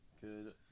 Good